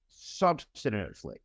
substantively